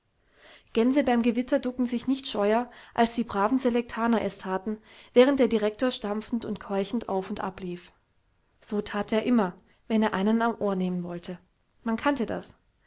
gänse beim gewitter ducken sich nicht scheuer als die braven selektaner es thaten während der direktor stampfend und keuchend auf und ab lief so that er immer wenn er einen am ohr nehmen wollte man kannte das